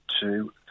two